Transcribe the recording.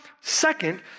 Second